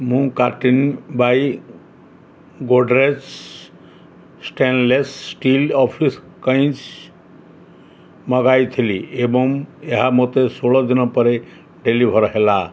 ମୁଁ କାର୍ଟିନି by Godrej stainless steel office କଇଞ୍ଚି ମଗାଇଥିଲି ଏବଂ ଏହା ମୋତେ ଷୋହଳ ଦିନ ପରେ ଡେଲିଭର୍ ହେଲା